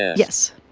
yes.